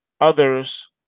Others